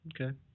Okay